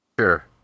Sure